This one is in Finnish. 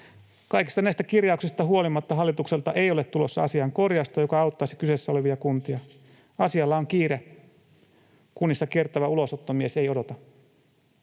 Kaikista näistä kirjauksista huolimatta hallitukselta ei ole tulossa asiaan korjausta, joka auttaisi kyseessä olevia kuntia. Asialla on kiire. Kunnissa kiertävä ulosottomies ei odota.